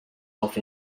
off